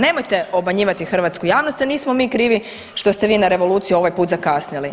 Nemojte obmanjivati hrvatsku javnost, nismo mi krivi što ste vi na revoluciju ovaj put zakasnili.